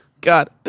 God